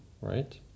right